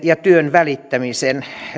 ja työn välittämistä